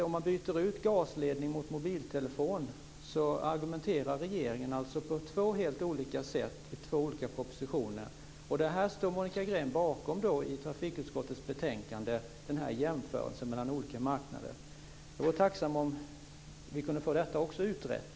Om man byter ut gasledningar mot mobiltelefoni så argumenterar regeringen på två helt olika sätt i två olika propositioner. Denna jämförelse mellan olika marknader står Monica Green bakom i trafikutskottets betänkande. Jag vore tacksam om vi kunde få även detta utrett.